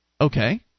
Okay